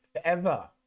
forever